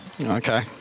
okay